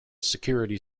security